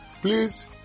please